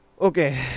okay